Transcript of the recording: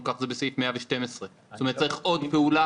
כך זה בסעיף 112. כלומר צריך עוד פעולה.